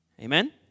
Amen